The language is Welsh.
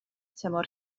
tymor